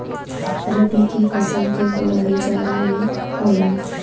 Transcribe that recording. रबी के फसल कअ बोआई जाड़ा में होला